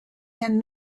and